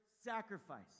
sacrifice